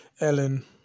Ellen